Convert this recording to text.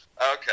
Okay